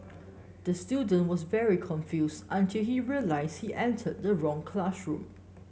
the student was very confused until he realised he entered the wrong classroom